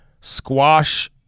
squash